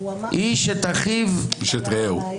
איש את אחיו --- איש את רעהו.